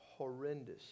Horrendous